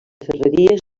ferreries